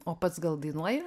o pats gal dainuoji